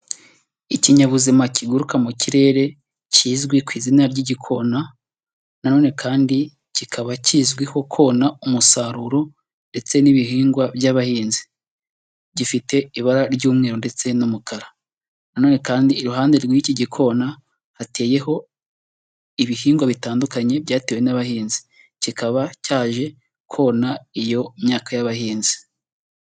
Ikinyabuzima kiguruka mu kirere kizwi ku izina ry'igikona na none kandi kikaba kizwiho kona umusaruro ndetse n'ibihingwa by'abahinzi, gifite ibara ry'umweru ndetse n'umukara na none kandi iruhande rw'iki gikona hateyeho ibihingwa bitandukanye byatewe n'abahinzi, kikaba cyaje kona iyo myaka y'abahinzi.